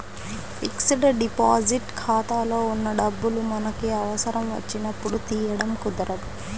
fixed deposit ఖాతాలో ఉన్న డబ్బులు మనకి అవసరం వచ్చినప్పుడు తీయడం కుదరదు